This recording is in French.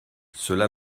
cela